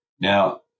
Now